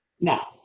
Now